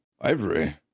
Ivory